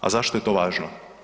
A zašto je to važno?